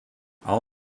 all